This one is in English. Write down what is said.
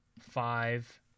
five